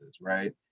right